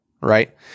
right